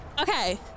Okay